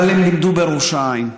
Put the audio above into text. אבל הם לימדו בראש העין,